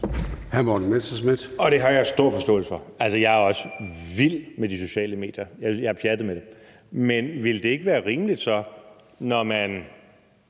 Det har jeg stor forståelse for. Altså, jeg er også vild med de sociale medier; jeg er pjattet med dem. Men ville det ikke være rimeligt, at man,